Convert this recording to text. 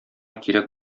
кирәк